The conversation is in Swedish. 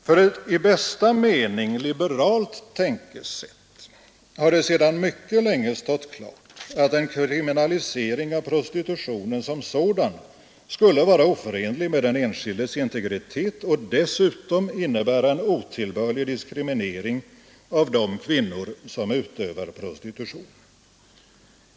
För ett i bästa mening liberalt tänkesätt har det sedan mycket länge stått klart att en kriminalisering av prostitutionen som sådan skulle vara oförenlig med den enskildes integritet och dessutom innebära en otillbörlig diskriminering av de kvinnor som utövar prostitution.